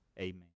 Amen